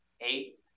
eight